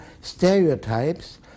stereotypes